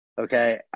Okay